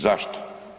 Zašto?